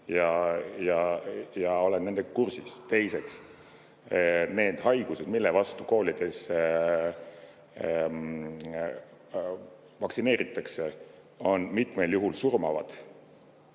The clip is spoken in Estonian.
ja olen nendega kursis. Teiseks, need haigused, mille vastu koolides vaktsineeritakse, on mitmel juhul surmavad.